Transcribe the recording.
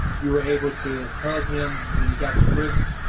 you were able to hug him when you got to prison?